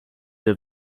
der